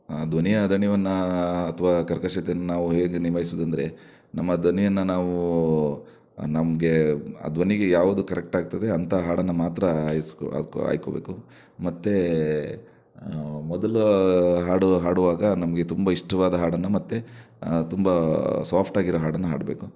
ಧ್ವನಿಯ ದಣಿವನ್ನು ಅಥವಾ ಕರ್ಕಶತೆಯನ್ನು ನಾವು ಹೇಗೆ ನಿಭಾಯಿಸೋದಂದ್ರೆ ನಮ್ಮ ಧ್ವನಿಯನ್ನ ನಾವು ನಮಗೆ ಆ ಧ್ವನಿಗೆ ಯಾವುದು ಕರೆಕ್ಟ್ ಆಗ್ತದೆ ಅಂಥ ಹಾಡನ್ನು ಮಾತ್ರ ಐಯ್ಸ್ಕೊ ಆಕೊ ಆಯ್ಕೊಬೇಕು ಮತ್ತೆ ಮೊದಲು ಹಾಡುವ ಹಾಡುವಾಗ ನಮಗೆ ತುಂಬ ಇಷ್ಟವಾದ ಹಾಡನ್ನು ಮತ್ತೆ ತುಂಬ ಸಾಫ್ಟ್ ಆಗಿರೊ ಹಾಡನ್ನು ಹಾಡಬೇಕು